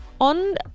On